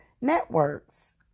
networks